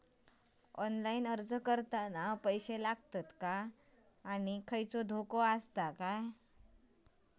Online अर्ज करताना पैशे लागतत काय आनी कसलो धोको आसा काय?